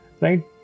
Right